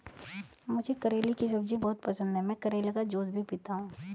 मुझे करेले की सब्जी बहुत पसंद है, मैं करेले का जूस भी पीता हूं